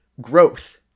growth